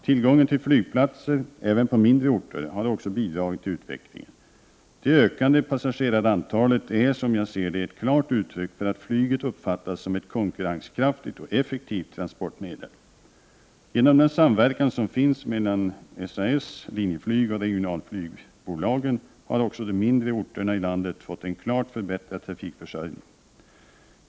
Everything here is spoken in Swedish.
Tillgången till flygplatser även på mindre orter har också bidragit till utvecklingen. Det ökande passagerarantalet är, som jag ser det, ett klart uttryck för att flyget uppfattas som ett konkurrenskraftigt och effektivt transportmedel. Genom den samverkan som finns mellan SAS, Linjeflyg och regionalflygbolagen har också de mindre orterna i landet fått en klart förbättrad trafikförsörjning.